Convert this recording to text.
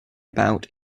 about